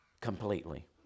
completely